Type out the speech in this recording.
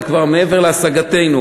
זה כבר מעבר להשגתנו.